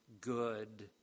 good